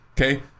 Okay